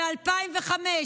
ב-2005.